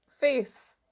face